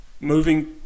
moving